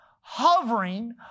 hovering